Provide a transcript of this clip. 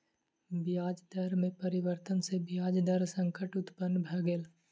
ब्याज दर में परिवर्तन सॅ ब्याज दर संकट उत्पन्न भ गेल